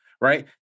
right